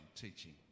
teaching